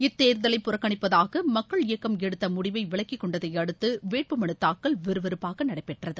இத்தேர்தலை புறக்கணிப்பதாக மக்கள் இயக்கம் எடுத்த முடிவை விலக்கிக் கொண்டதை அடுத்து வேட்புமனுத் தாக்கல் விறுவிறுப்பாக நடைபெற்றது